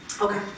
Okay